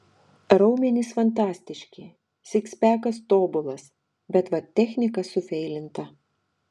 raumenys fantastiški sikspekas tobulas bet vat technika sufeilinta